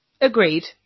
Agreed